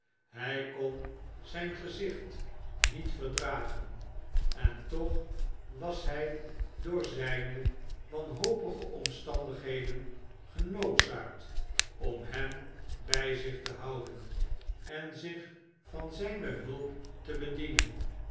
hij kon zijn gezicht niet verdragen en toch was hij door zijne wanhopige omstandigheden genoodzaakt om hem bij zich te houden en zich van zijne hulp te bedienen